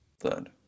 Third